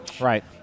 Right